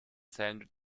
zählen